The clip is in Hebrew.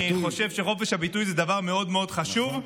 ואני חושב שחופש הביטוי זה דבר מאוד מאוד חשוב.